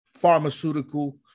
pharmaceutical